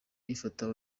ifata